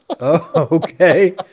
Okay